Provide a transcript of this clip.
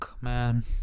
man